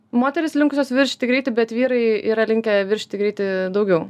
moterys linkusios viršyti greitį bet vyrai yra linkę viršyti greitį daugiau